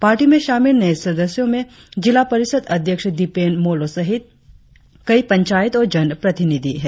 party में शामिल नए सदस्यों में जिला परिषद अध्यक्ष दिपेन मोलो सहित कई पंचायत और जन प्रतिनिधि है